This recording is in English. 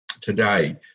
today